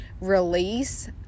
release